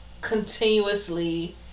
continuously